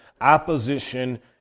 opposition